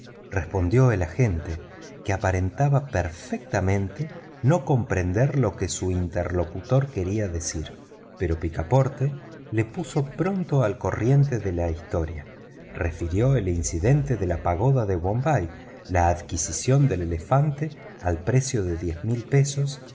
respondió el agente que aparentaba perfectamente no comprender lo que su interlocutor quería decir pero picaporte lo puso pronto al corriente de la historia refirió el incidente de la pagoda de bombay la adquisición del elefante al precio de dos mil